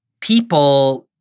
people